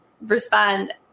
respond